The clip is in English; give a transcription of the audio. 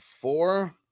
four